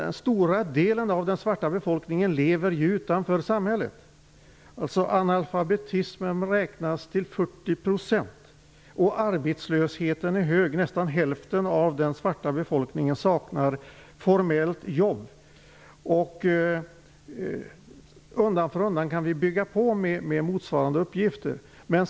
En stor del av den svarta befolkningen lever utanför samhället. Analfabetismen beräknas vara 40 %. Arbetslösheten är hög. Nästan hälften av den svarta befolkningen saknar formellt arbete. Undan för undan kan vi bygga på med motsvarande uppgifter.